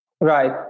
Right